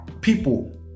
people